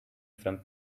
from